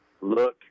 Look